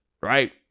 right